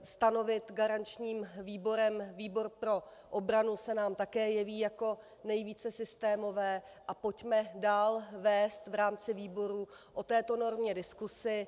Stanovit garančním výborem výbor pro obranu se nám také jeví jako nejvíce systémové a pojďme dál vést v rámci výboru o této normě diskusi.